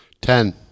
Ten